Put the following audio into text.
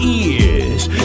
ears